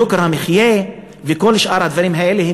יוקר המחיה וכל שאר הדברים האלה,